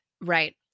Right